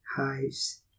hives